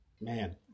Man